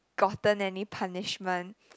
gotten any punishment